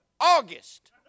August